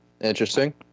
Interesting